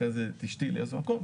אחרי זה את אשתי לאיזה מקום.